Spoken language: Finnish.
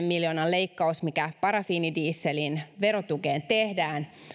miljoonan leikkaus mikä parafiinidieselin verotukeen tehdään